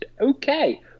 okay